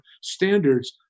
standards